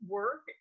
work